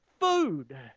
food